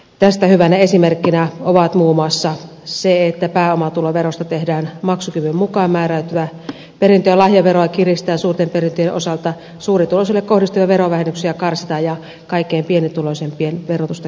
tästä hyvänä esimerkkinä on muun muassa se että pääomatuloverosta tehdään maksukyvyn mukaan määräytyvä perintö ja lahjaveroa kiristetään suurten perintöjen osalta suurituloisille kohdistuvia verovähennyksiä karsitaan ja kaikkein pienituloisimpien verotusta kevennetään